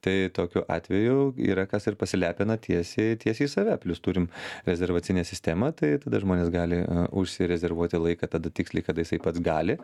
tai tokiu atveju yra kas ir pasilepina tiesiai tiesiai save plius turim rezervacinę sistemą tai tada žmonės gali užsirezervuoti laiką tada tiksliai kada jisai pats gali